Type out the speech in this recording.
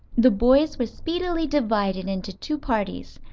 the boys were speedily divided into two parties,